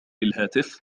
الهاتف